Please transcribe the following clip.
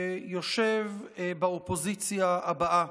שיושב באופוזיציה הבאה